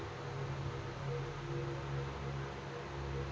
Tomato ಹಣ್ಣಿಗೆ ತುಂತುರು ನೇರಾವರಿ ಛಲೋ ಆಕ್ಕೆತಿ?